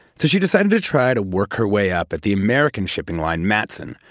so she decided to try to work her way up at the american shipping line, matson,